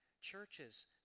Churches